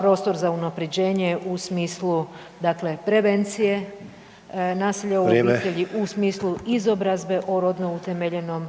prostor za unapređenje u smislu prevencije nasilja u obitelji, u smislu izobrazbe o rodno utemeljenom